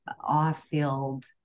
awe-filled